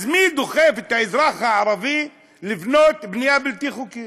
אז מי דוחף את האזרח הערבי לבנות בנייה בלתי חוקית?